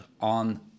on